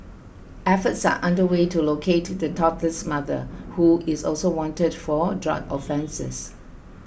efforts are under way to locate the toddler's mother who is also wanted for drug offences